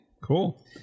Cool